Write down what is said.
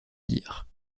dire